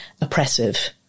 oppressive